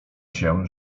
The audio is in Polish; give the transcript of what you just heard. się